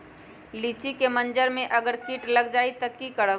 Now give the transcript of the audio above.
लिचि क मजर म अगर किट लग जाई त की करब?